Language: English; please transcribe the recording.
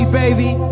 baby